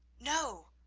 no,